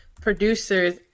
producers